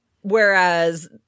Whereas